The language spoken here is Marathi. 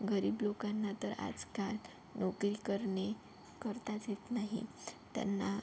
गरीब लोकांना तर आजकाल नोकरी करणे करताच येत नाही त्यांना